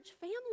family